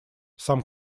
сам